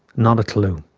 not a clue.